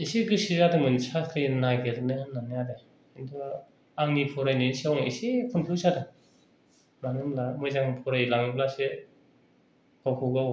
एसे गोसो जादोंमोन साख्रि नायगिरनो होन्नानै आरो किन्तु आंनि फरायनायनि सायाव आं एसे कनफिउस जादों मानोहोनोब्ला मोजां फरायलांब्लासो गावखौ गाव